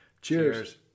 Cheers